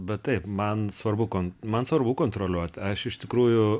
bet taip man svarbu kon man svarbu kontroliuot aš iš tikrųjų